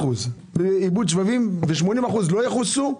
בעולם עיבוד שבבים ו-80% לא יכוסו,